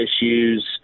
issues